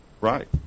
Right